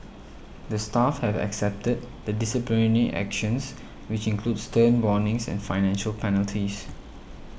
the staff have accepted the disciplinary actions which include stern warnings and financial penalties